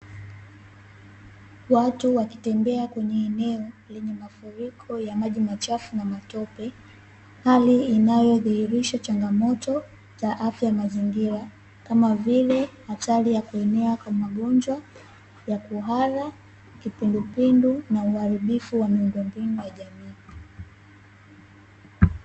Watu wakitembea kwenye eneo lenye mafurikonl ya maji machafu na matope, hali inayodhihirisha changamoto za afya ya mazingira, kama vile hatari ya kuenea kwa mogonjwa ya kuhara, kipindupindu na uharibifu wa miundombinu kwa jamii.